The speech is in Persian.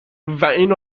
اینو